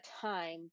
time